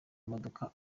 imodoka